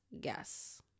guess